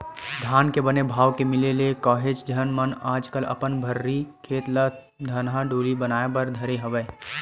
धान के बने भाव के मिले ले काहेच झन मन आजकल अपन भर्री खेत ल धनहा डोली बनाए बर धरे हवय